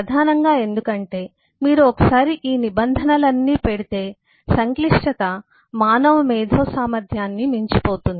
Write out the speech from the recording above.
ప్రధానంగా ఎందుకంటే మీరు ఒకసారి ఈ నిబంధనలన్నీ పెడితే సంక్లిష్టత మానవ మేధో సామర్థ్యాన్ని మించిపోతుంది